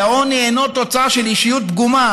ועוני אינו תוצאה של אישיות פגומה.